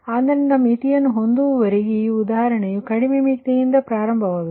ಆದ್ದರಿಂದ ಮಿತಿಯನ್ನು ಹೊಂದಿರುವವರೆಗೆ ಈ ಉದಾಹರಣೆಯು ಕಡಿಮೆ ಮಿತಿಯಿಂದ ಪ್ರಾರಂಭವಾಗುತ್ತದೆ